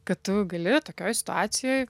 kad tu gali tokioj situacijoj